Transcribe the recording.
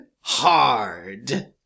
hard